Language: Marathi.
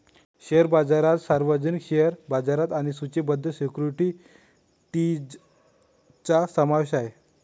शेअर बाजारात सार्वजनिक शेअर बाजारात सूचीबद्ध सिक्युरिटीजचा समावेश आहे